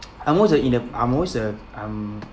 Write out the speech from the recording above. I'm always in the I'm always a I'm